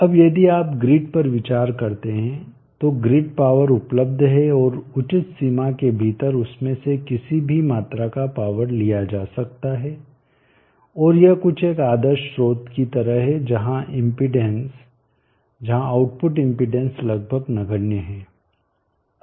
अब यदि आप ग्रिड पर विचार करते हैं तो ग्रिड पावर उपलब्ध है और उचित सीमा के भीतर उसमें से किसी भी मात्रा का पावर लिया जा सकता है और यह कुछ एक आदर्श स्रोत की तरह है जहां इम्पीड़ेंस जहां आउटपुट इम्पीड़ेंस लगभग नगण्य है